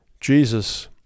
Jesus